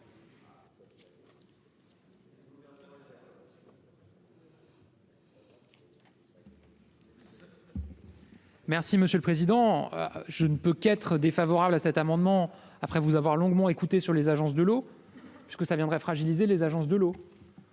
Merci monsieur le président, je ne peux qu'être défavorable à cet amendement, après vous avoir longuement écouté sur les agences de l'eau, ce que ça viendrait fragiliser les agences de l'eau.